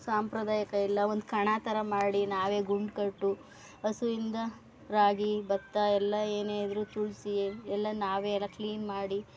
ಸಾಂಪ್ರದಾಯಿಕ ಇಲ್ಲ ಒಂದು ಕಣ ಥರ ಮಾಡಿ ನಾವೇ ಗುಂಡ್ಕಟ್ಟು ಹಸುವಿಂದ ರಾಗಿ ಭತ್ತ ಎಲ್ಲ ಏನೇ ಇದ್ದರೂ ತುಳಿಸಿ ಎಲ್ಲ ನಾವೇ ಎಲ್ಲ ಕ್ಲೀನ್ ಮಾಡಿ